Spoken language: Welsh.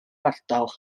ardal